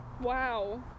Wow